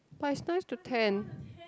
but it's nice to tan